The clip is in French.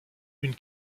une